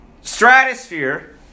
stratosphere